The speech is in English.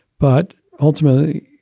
but ultimately,